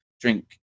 drink